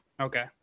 Okay